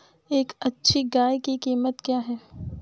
एक अच्छी गाय की कीमत क्या है?